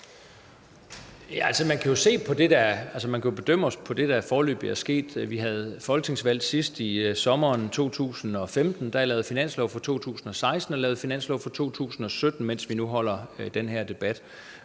Man kan bedømme os på det, der foreløbig er sket. Vi havde folketingsvalg sidst i sommeren 2015. Der er lavet finanslov for 2016 og for 2017, mens vi nu holder den her debat.